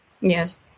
Yes